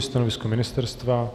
Stanovisko ministerstva?